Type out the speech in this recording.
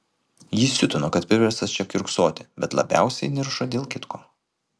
jį siutino kad priverstas čia kiurksoti bet labiausiai niršo dėl kitko